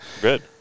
Good